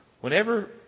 Whenever